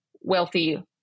wealthy